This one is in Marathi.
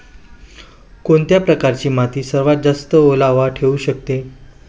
कोणत्या प्रकारची माती सर्वात जास्त ओलावा ठेवू शकते?